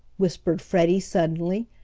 whispered freddie suddenly,